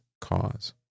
cause